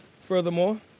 Furthermore